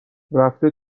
رفته